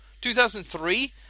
2003